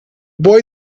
boy